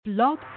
Blog